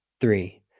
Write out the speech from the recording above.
three